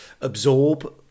absorb